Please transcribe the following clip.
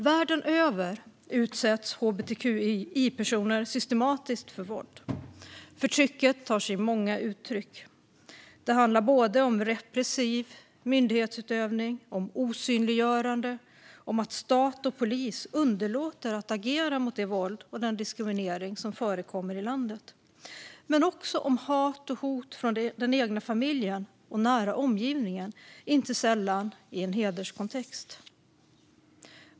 Världen över utsätts hbtqi-personer systematiskt för våld. Förtrycket tar sig många uttryck. Det handlar både om repressiv myndighetsutövning, om osynliggörande och om att stat och polis underlåter att agera mot det våld och den diskriminering som förekommer i landet. Det handlar också om hat och hot från den egna familjen och nära omgivningen, inte sällan i en hederskontext.